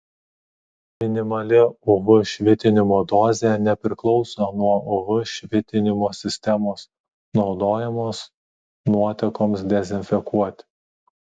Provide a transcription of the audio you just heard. minimali uv švitinimo dozė nepriklauso nuo uv švitinimo sistemos naudojamos nuotekoms dezinfekuoti